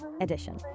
edition